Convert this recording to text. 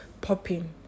popping